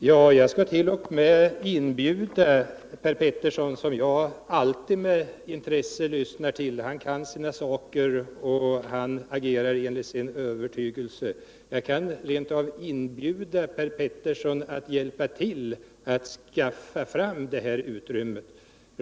Herr talman! Jag kan rent av inbjuda Per Petersson, som jag alltid lyssnar till med intresse, för han kan sina saker och agerar enligt sin övertygelse, att hjälpa till att skaffa fram det utrymme som behövs.